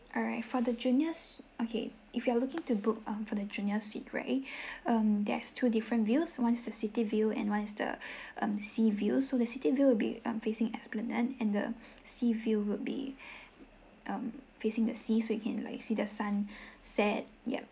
alright for the juniors okay if you are looking to book um for the junior suite right um there's two different views one is the city view and one is the um sea views so the city view will be facing esplanade and the sea view will be um facing the sea so you can like see the sunset yup